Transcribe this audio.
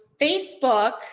Facebook